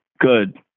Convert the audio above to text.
good